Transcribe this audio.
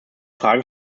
fragen